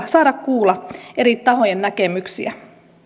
saada kuulla eri tahojen näkemyksiä